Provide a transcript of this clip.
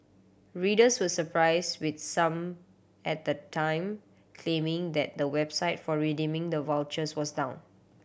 readers were surprise with some at the time claiming that the website for redeeming the vouchers was down